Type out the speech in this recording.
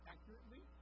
Accurately